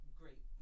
great